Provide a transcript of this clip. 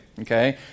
okay